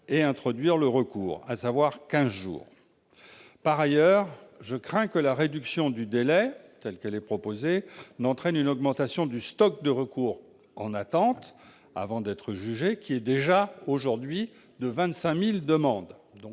et introduire le recours, à savoir quinze jours. Par ailleurs, je crains que la réduction du délai, telle qu'elle est proposée, n'entraîne une augmentation du stock de recours en attente d'être jugés- il s'établit aujourd'hui à 25 000, ce qui est